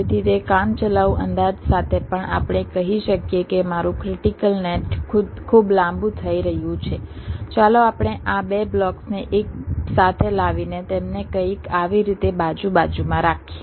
તેથી તે કામચલાઉ અંદાજ સાથે પણ આપણે કહી શકીએ કે મારું ક્રિટિકલ નેટ ખૂબ લાંબુ થઈ રહ્યું છે ચાલો આપણે આ 2 બ્લોક્સને એકસાથે લાવીને તેમને કંઈક આવી રીતે બાજુ બાજુમાં રાખીએ